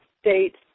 states